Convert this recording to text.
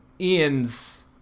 Ian's